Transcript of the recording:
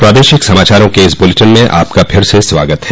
प्रादेशिक समाचारों के इस बुलेटिन में आपका फिर से स्वागत है